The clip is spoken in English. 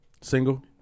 Single